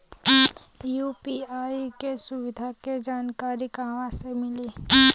UPI के सुविधा के जानकारी कहवा से मिली?